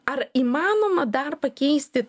ar įmanoma dar pakeisti